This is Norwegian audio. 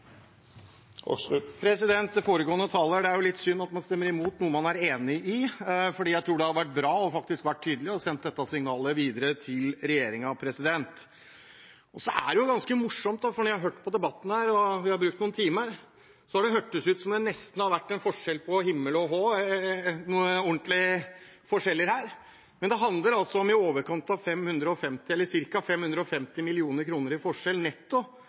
Det er jo litt synd at man stemmer imot noe man er enig i, for jeg tror det hadde vært bra om en faktisk hadde vært tydelig og sendt dette signalet videre til regjeringen. Så er det jo ganske morsomt, for når jeg har hørt på debatten her – og vi har brukt noen timer – har det nesten hørtes ut som om det har vært en forskjell på himmel og «h», altså noen ordentlige forskjeller, her. Men det handler altså om ca. 550 mill. kr i